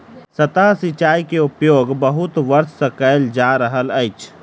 सतह सिचाई के उपयोग बहुत वर्ष सँ कयल जा रहल अछि